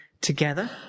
together